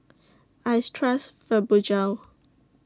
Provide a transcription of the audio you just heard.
I Trust Fibogel